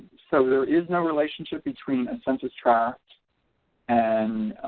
so there is no relationship between a census tract and